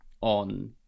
on